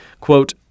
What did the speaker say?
quote